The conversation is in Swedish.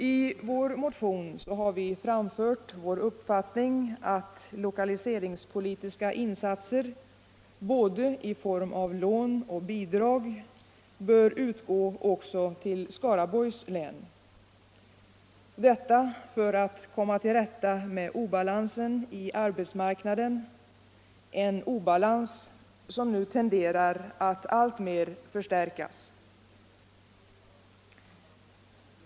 I vår motion har vi framfört vår uppfattning att lokaliseringspolitiska insatser både i form av lån och bidrag bör utgå också till Skaraborgs län. Detta för att komma till rätta med obalansen i arbetsmarknaden, en obalans som nu tenderar att alltmer förstärkas.